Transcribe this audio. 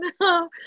No